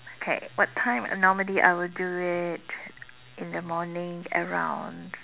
okay what time normally I will do it in the morning around